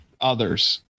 others